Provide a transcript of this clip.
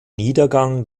niedergang